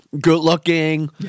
Good-looking